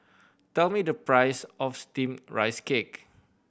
tell me the price of Steamed Rice Cake